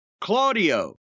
Claudio